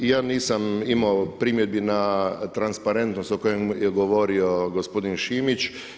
I ja nisam imao primjedbi na transparentnost o kojem je govorio gospodin Šimić.